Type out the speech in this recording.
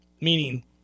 meaning